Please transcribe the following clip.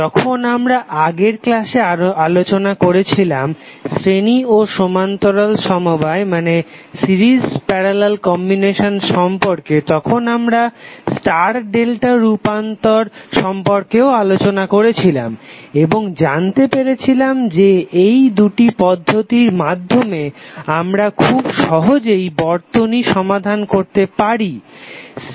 যখন আমরা আগের ক্লাসে আলোচনা করেছিলাম শ্রেণী ও সমান্তরাল সমবায় সম্পর্কে তখন আমরা স্টার ডেল্টা রূপান্তর সম্পর্কেও আলোচনা করেছিলাম এবং জানতে পেরেছিলাম যে এই দুটি পদ্ধতির মাধ্যমে আমরা খুব সহজেই বর্তনী সমাধান করতে পারি